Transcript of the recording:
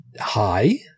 High